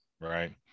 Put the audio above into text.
right